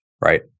right